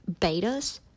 betas